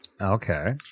Okay